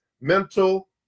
mental